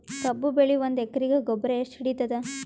ಕಬ್ಬು ಬೆಳಿ ಒಂದ್ ಎಕರಿಗಿ ಗೊಬ್ಬರ ಎಷ್ಟು ಹಿಡೀತದ?